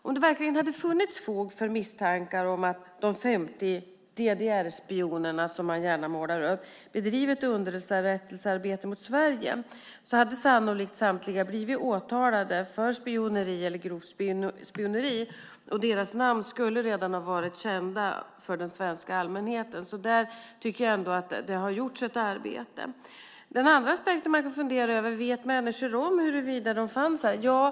Om det verkligen hade funnits fog för misstankar om att de 50 DDR-spionerna - som man gärna målar upp det - bedrivit underrättelsearbete mot Sverige hade sannolikt samtliga blivit åtalade för spioneri eller grovt spioneri. Deras namn skulle redan ha varit kända för den svenska allmänheten. Där har det ändå gjorts ett arbete. Den andra aspekten man kan fundera över är om människor vet om huruvida de fanns med i materialet.